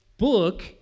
Book